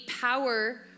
power